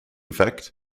fact